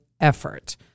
effort